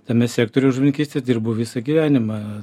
tame sektoriuj žuvininkystės dirbu visą gyvenimą